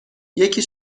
یکی